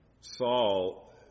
Saul